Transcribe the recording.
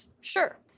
Sure